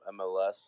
MLS